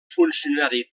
funcionari